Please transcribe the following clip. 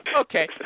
Okay